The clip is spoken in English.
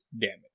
damage